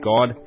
God